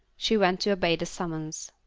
she went to obey the summons.